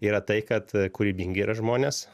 yra tai kad kūrybingi yra žmonės